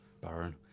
Baron